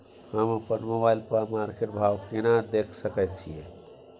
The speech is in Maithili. हम अपन मोबाइल पर मार्केट भाव केना देख सकै छिये?